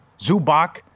Zubak